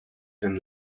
than